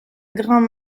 grand